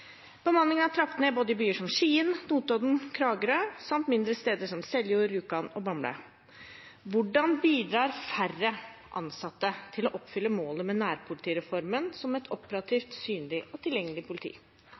Bemanningen er trappet ned både i byer som Skien, Notodden og Kragerø samt mindre steder som Seljord, Rjukan og Bamble. Hvordan bidrar færre ansatte til å oppfylle målet med nærpolitireformen om et operativt, synlig og tilgjengelig politi?»